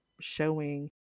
showing